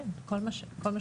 כן, כל מה שמגיע.